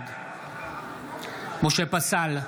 בעד משה פסל,